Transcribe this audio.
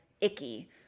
icky